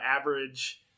average